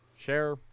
Share